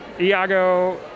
Iago